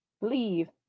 leave